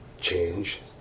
change